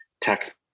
tax